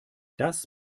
das